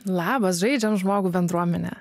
labas žaidžiam žmogų bendruomene